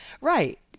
right